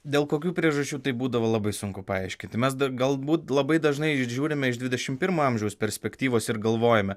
dėl kokių priežasčių tai būdavo labai sunku paaiškinti mes dar galbūt labai dažnai žiūrime iš dvidešimt pirmo amžiaus perspektyvos ir galvojome